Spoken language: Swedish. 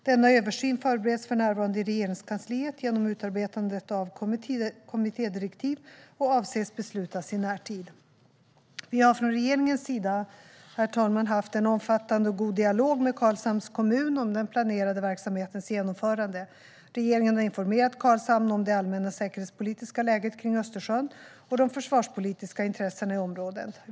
Denna översyn förbereds för närvarande i Regeringskansliet genom utarbetandet av kommittédirektiv och avses att beslutas i närtid. Vi har från regeringens sida, herr talman, haft en omfattande och god dialog med Karlshamns kommun om den planerade verksamhetens genomförande. Regeringen har informerat Karlshamn om det allmänna säkerhetspolitiska läget kring Östersjön och de försvarspolitiska intressena i området.